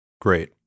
great